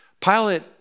Pilate